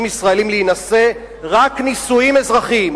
ישראלים להינשא רק בנישואים אזרחיים,